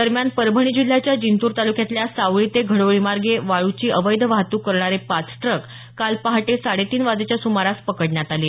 दरम्यान परभणी जिल्ह्याच्या जिंतूर तालुक्यातल्या सावळी ते घडोळी मार्गे वाळूची अवैध वाहतूक करणारे पाच ट्रक काल पहाटे साडे तीन वाजेच्या सुमारास पकडण्यात आले